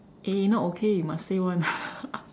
eh not okay you must say [one]